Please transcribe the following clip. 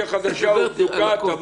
נניח גיליתם חשוד אחרי 12 שנים.